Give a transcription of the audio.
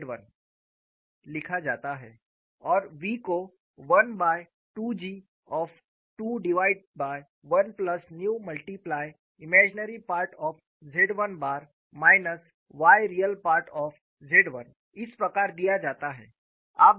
और v को 1 by 2 G of 2 divide by 1 plus nu multiply imaginary part of Z 1 bar minus y real part of Z 1 इस प्रकार दिया जाता है